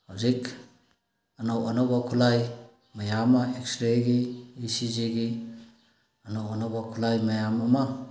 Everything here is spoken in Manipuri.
ꯍꯧꯖꯤꯛ ꯑꯅꯧ ꯑꯅꯧꯕ ꯈꯨꯠꯂꯥꯏ ꯃꯌꯥ ꯑꯃ ꯑꯦꯛꯁꯔꯦꯒꯤ ꯏ ꯁꯤ ꯖꯤꯒꯤ ꯑꯅꯧ ꯑꯅꯧꯕ ꯈꯨꯠꯂꯥꯏ ꯃꯌꯥꯝ ꯑꯃ